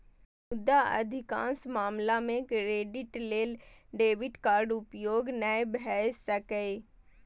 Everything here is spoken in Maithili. मुदा अधिकांश मामला मे क्रेडिट लेल डेबिट कार्डक उपयोग नै भए सकैए